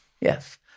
yes